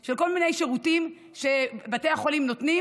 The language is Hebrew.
של כל מיני שירותים שבתי החולים נותנים